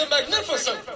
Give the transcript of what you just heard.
magnificent